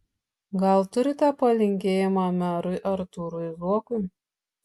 gal turite palinkėjimą merui artūrui zuokui